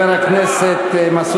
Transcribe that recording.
עם ח'ליפות אסלאמית.